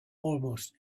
almost